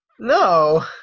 No